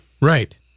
Right